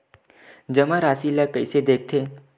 जमा राशि ला कइसे देखथे?